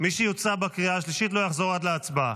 מי שיוצא בקריאה השלישית לא יחזור עד ההצבעה.